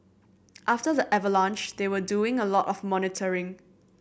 after the avalanche they were doing a lot of monitoring